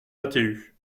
atu